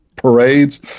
parades